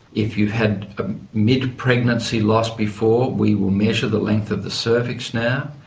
if you had a mid-pregnancy loss before we will measure the length of the cervix now.